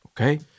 Okay